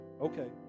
Okay